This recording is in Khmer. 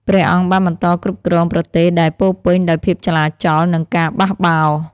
ព្រះអង្គបានបន្តគ្រប់គ្រងប្រទេសដែលពោរពេញដោយភាពចលាចល និងការបះបោរ។